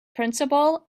principle